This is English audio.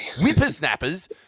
whippersnappers